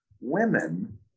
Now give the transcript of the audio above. women